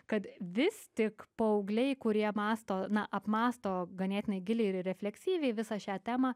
kad vis tik paaugliai kurie mąsto na apmąsto ganėtinai giliai ir refleksyviai visą šią temą